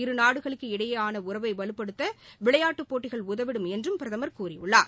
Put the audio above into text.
இரு நாடுகளுக்கு இடையிலான உறவை வலுப்படுத்த விளையாட்டு போட்டிகள் உதவிடும் என்றும் பிரமர் கூறியுள்ளார்